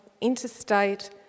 interstate